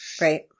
right